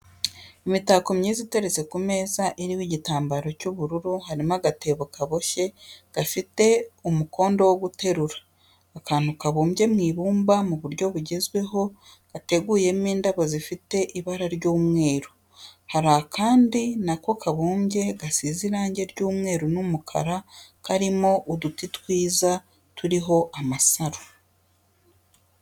Imitako myiza iteretse ku meza ariho igitamabaro cy'ubururu, harimo agatebo kaboshye gafite umukondo wo guterura, akantu kabumye mu ibumba mu buryo bugezweho, gateguyemo indabo zifite ibara ry'umweru, hari akandi na ko kabumbye gasize irangi ry'umweru n'umukara karimo uduti twiza turiho amasaro.